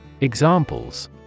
Examples